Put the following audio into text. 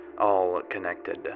All-Connected